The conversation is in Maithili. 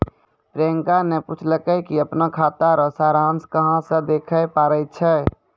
प्रियंका ने पूछलकै कि अपनो खाता रो सारांश कहां से देखै पारै छै